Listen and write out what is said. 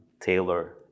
tailor